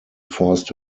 forced